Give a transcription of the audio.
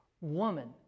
Woman